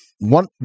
One